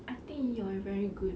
I think you are very good